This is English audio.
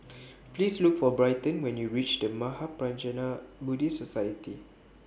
Please Look For Bryton when YOU REACH The Mahaprajna Buddhist Society